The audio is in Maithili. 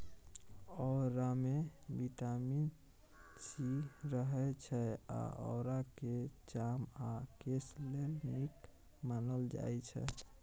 औरामे बिटामिन सी रहय छै आ औराकेँ चाम आ केस लेल नीक मानल जाइ छै